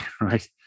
right